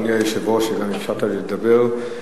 שגם אפשרת לי לדבר.